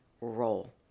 roll